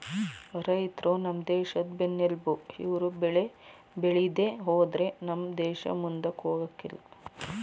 ರೈತ್ರು ನಮ್ ದೇಶದ್ ಬೆನ್ನೆಲ್ಬು ಇವ್ರು ಬೆಳೆ ಬೇಳಿದೆ ಹೋದ್ರೆ ನಮ್ ದೇಸ ಮುಂದಕ್ ಹೋಗಕಿಲ್ಲ